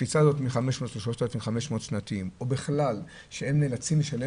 הקפיצה הזאת מ-500 ל-3,500 והם נאלצים לשלם